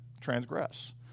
transgress